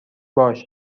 باش